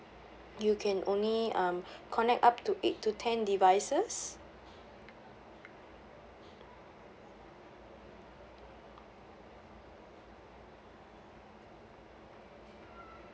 you can only um connect up to eight to ten devices